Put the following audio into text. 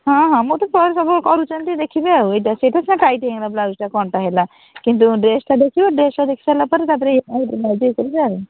ହଁ ହଁ ମୋର ତ ପରେ ସବୁବେଳେ କରୁଛନ୍ତି ଦେଖିବେ ଆଉ ଏଇଟା ସେଇଟା ସିନା ଟାଇଟ୍ ହେଇଗନା ବ୍ଲାଉଜ୍ଟା କ'ଣଟା ହେଲା କିନ୍ତୁ ଡ୍ରେସ୍ଟା ଦେଖିବେ ଡ୍ରେସ୍ଟା ଦେଖିସାରିଲା ପରେ ତା ପରେ କରିବେ ଆଉ